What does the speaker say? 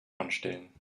anstellen